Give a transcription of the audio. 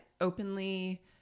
openly